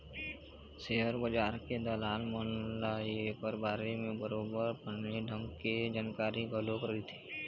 share बजार के दलाल मन ल ऐखर बारे म बरोबर बने ढंग के जानकारी घलोक रहिथे